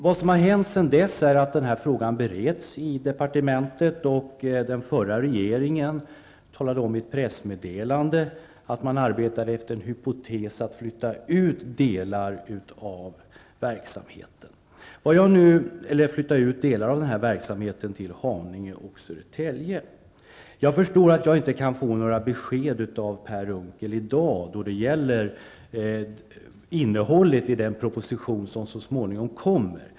Vad som hänt sedan dess är att frågan bereds i departementet, och den förra regeringen talade om i ett pressmeddelande att man arbetade efter en hypotes att flytta ut delar av verksamheten till Jag förstår att jag inte kan få några besked av Per Unckel i dag om innehållet i den proposition som så småningom kommer.